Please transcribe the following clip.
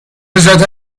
نژاد